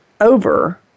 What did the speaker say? over